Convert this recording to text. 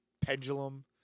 Pendulum